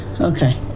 Okay